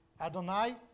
Adonai